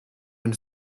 and